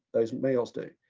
those males do.